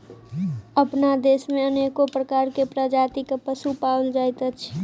अपना देश मे अनेको प्रकारक प्रजातिक पशु पाओल जाइत अछि